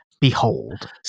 behold